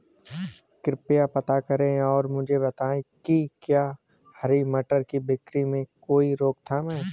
कृपया पता करें और मुझे बताएं कि क्या हरी मटर की बिक्री में कोई रोकथाम है?